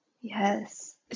yes